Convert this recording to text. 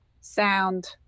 sound